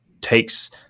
takes